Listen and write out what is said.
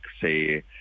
say